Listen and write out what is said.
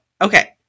okay